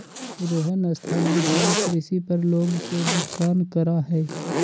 रोहन स्थानांतरण कृषि पर लोग के नुकसान करा हई